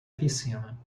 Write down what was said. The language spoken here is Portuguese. piscina